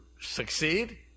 succeed